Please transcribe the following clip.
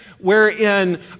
wherein